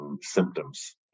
symptoms